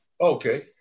Okay